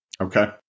Okay